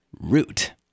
root